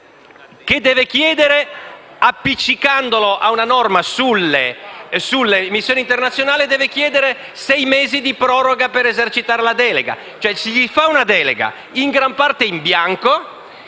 lì! Il Governo, appiccicandola ad una norma sulle missioni internazionali, chiede sei mesi di proroga per esercitare la delega. Si fa una delega in gran parte in bianco,